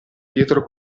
dietro